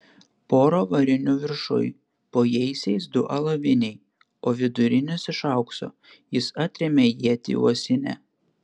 pora varinių viršuj po jaisiais du alaviniai o vidurinis iš aukso jis atrėmė ietį uosinę